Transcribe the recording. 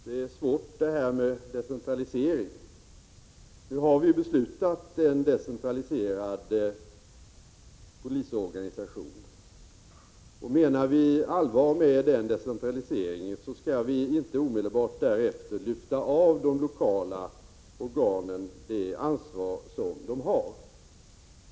Herr talman! Detta med decentralisering är svårt. Beslut har fattats om en decentraliserad polisorganisation, och om vi menar allvar med den decentraliseringen skall vi inte omedelbart därefter lyfta av de lokala organen deras ansvar.